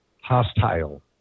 hostile